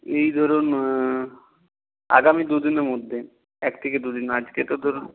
এই ধরুন আগামী দু দিনের মধ্যে এক থেকে দু দিন আজকে তো ধরুন